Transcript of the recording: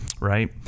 right